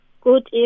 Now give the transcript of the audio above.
Good